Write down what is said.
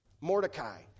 Mordecai